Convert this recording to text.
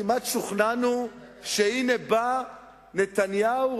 כמעט שוכנענו שהנה בא נתניהו,